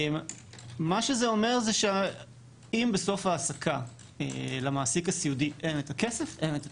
זה אומר שאם בסוף ההעסקה למעסיק הסיעודי אין את הכסף אין את הכסף.